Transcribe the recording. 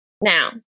Now